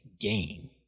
game